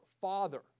Father